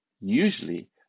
usually